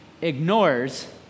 ignores